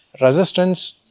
resistance